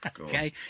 Okay